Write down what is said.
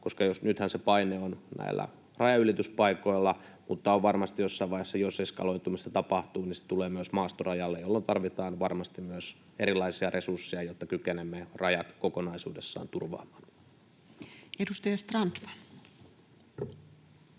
just nythän se paine on näillä rajanylityspaikoilla mutta varmasti jossain vaiheessa, jos eskaloitumista tapahtuu, sitä tulee myös maastorajalle, jolloin tarvitaan varmasti myös erilaisia resursseja, jotta kykenemme rajat kokonaisuudessaan turvaamaan. Edustaja Strandman.